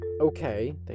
okay